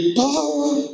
power